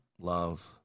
love